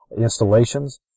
installations